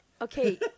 Okay